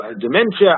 dementia